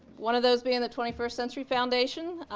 one of those being the twenty first century foundation,